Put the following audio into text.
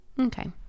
Okay